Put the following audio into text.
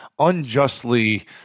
unjustly